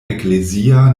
eklezia